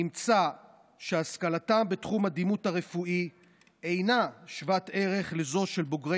נמצא שהשכלתם בתחום הדימות הרפואי אינה שוות ערך לזו של בוגרי